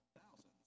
thousands